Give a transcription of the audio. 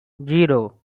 zero